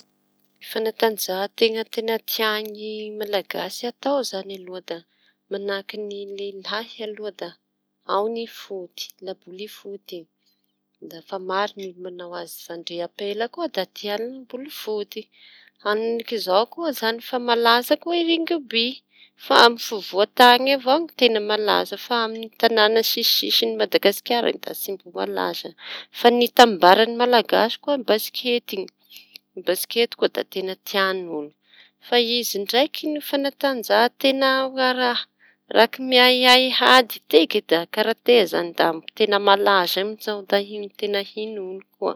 Fanatanjahan-teña teña tiany malagasy atao izañy aloha da manahaky ny lehilahy aloha da ao ny foty, laboly foty fa maro ny olo mañao azy; ny ampela koa. Enanik'izao koa efa malaza koa i rigiby fa amin fovoan-tany avao fa amin'ny tañana sisisin'ny Madagasikara da tsy mbola malaza; fa ny itambarany malagasy koa basikety iñy basikety koa da teña tian'olo fa izy ndraiky ny fanatanjaha-teña mira- raiky mi- hay ady tiky da karate izañy da teña malaza amiz'ao da io ahiañ'olo koa.